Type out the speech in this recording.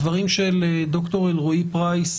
הדברים של ד"ר אלרעי פרייס,